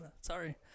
Sorry